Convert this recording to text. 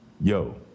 Yo